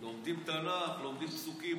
לומדים תנ"ך, לומדים פסוקים.